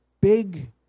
big